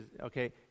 Okay